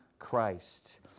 Christ